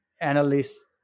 analysts